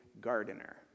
gardener